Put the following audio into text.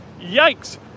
Yikes